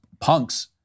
punks